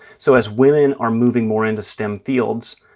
so as women are moving more into stem fields,